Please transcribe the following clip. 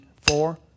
four